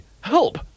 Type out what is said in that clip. Help